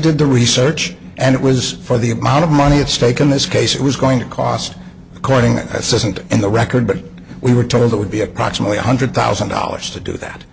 did the research and it was for the amount of money at stake in this case it was going to cost according as isn't in the record but we were told it would be approximately one hundred thousand dollars to do that